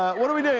what are we doing?